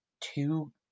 two